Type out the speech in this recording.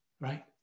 right